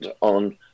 on